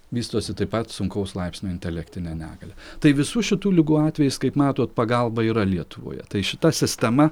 vystosi taip pat sunkaus laipsnio intelektinė negalia tai visų šitų ligų atvejais kaip matot pagalba yra lietuvoje tai šita sistema